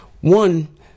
One